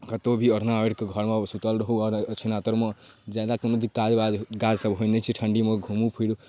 कतौ भी ओढ़ना ओढ़ि कऽ घरमे सुतल रहु आओर ओछैना तरमे जादा कोनो भी काज वाज काज सब होइ नहि छै ठण्डीमे खुब घुमू फिरू